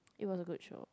it was a good show